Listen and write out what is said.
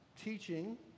teaching